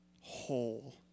whole